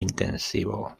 intensivo